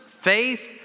faith